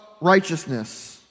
righteousness